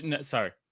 sorry